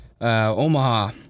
Omaha